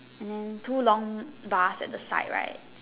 and two long bars at the side right